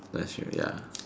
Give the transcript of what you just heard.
that's true ya